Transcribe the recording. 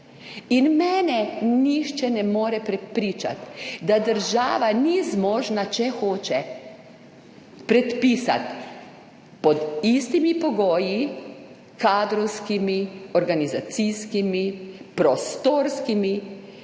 in mene nihče ne more prepričati, da država ni zmožna, če hoče predpisati pod istimi pogoji, kadrovskimi, organizacijskimi, prostorskimi,